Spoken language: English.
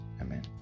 Amen